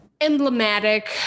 emblematic